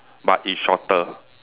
but is shorter